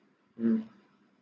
mm